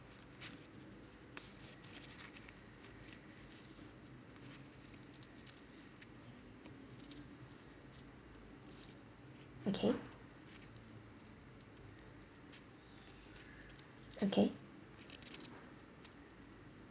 okay okay